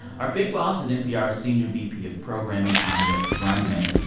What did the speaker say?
our big boss is npr's senior vp of programming anya grundmann.